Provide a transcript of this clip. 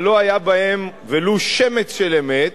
לא היה בדברים ולו שמץ של אמת.